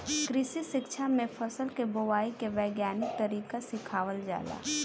कृषि शिक्षा में फसल के बोआई के वैज्ञानिक तरीका सिखावल जाला